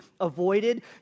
avoided